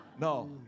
No